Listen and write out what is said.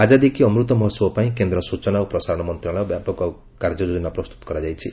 ଆକାଦୀ କା ଅମୃତ ମହୋହବ ପାଇଁ କେନ୍ଦ୍ର ସୂଚନା ଓ ପ୍ରସାରଣ ମନ୍ତ୍ରଣାଳୟ ବ୍ୟାପକ କାର୍ଯ୍ୟଯୋଜନା ପ୍ରସ୍ତୁତ କରାଯାଇଛି